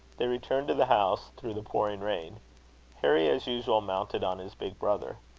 they returned to the house, through the pouring rain harry, as usual, mounted on his big brother.